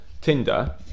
Tinder